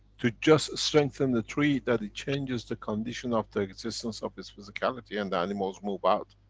to just strengthen the tree that it changes the condition of the existence of his physicality and the animals move out.